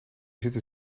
zitten